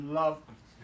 love